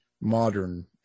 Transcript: modern